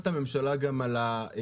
ואני רוצה לברך את הממשלה גם על הצעדים